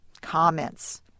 comments